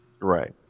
Right